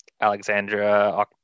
Alexandra